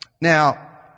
Now